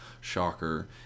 shocker